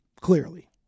Clearly